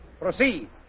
Proceed